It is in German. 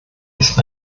dass